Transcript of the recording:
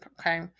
Okay